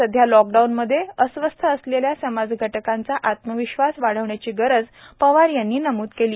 सध्या लॉकडाऊनमध्ये अस्वस्थ असलेल्या समाजघटकाचा आत्मविश्वास वाढवण्याची गरजही वार यांनी नमूद केली